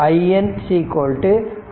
i 5